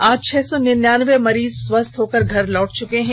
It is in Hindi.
आज छह सौ निन्यानबे मरीज स्वस्थ होकर घर लौट चुके हैं